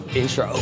intro